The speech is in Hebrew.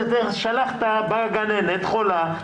באה גננת חולה,